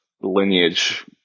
lineage